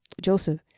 Joseph